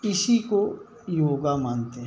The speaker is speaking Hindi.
इसी को योगा मानते हैं